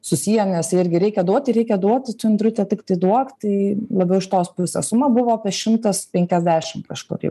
susiję nes irgi reikia duoti reikia duoti čia indrute tiktai duok tai labiau iš tos pusės suma buvo apie šimtas penkiasdešim kažkuri